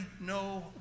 no